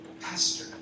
pastor